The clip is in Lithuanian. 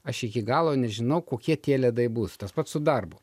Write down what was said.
aš iki galo nežinau kokie tie ledai bus tas pat su darbu